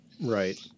Right